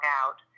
out